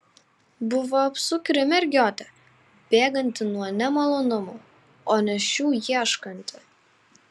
buvo apsukri mergiotė bėganti nuo nemalonumų o ne šių ieškanti